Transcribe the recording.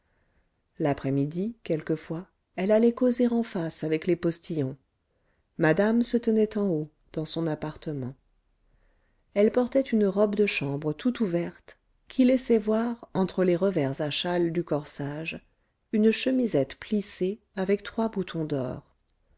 l'après-midi quelquefois elle allait causer en face avec les postillons madame se tenait en haut dans son appartement elle portait une robe de chambre tout ouverte qui laissait voir entre les revers à châle du corsage une chemisette plissée avec trois boutons d'or